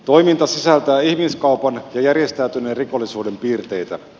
toiminta sisältää ihmiskaupan ja järjestäytyneen rikollisuuden piirteitä